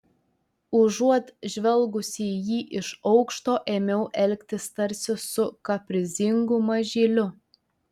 užuot žvelgusi į jį iš aukšto ėmiau elgtis tarsi su kaprizingu mažyliu